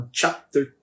chapter